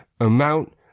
amount